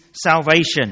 salvation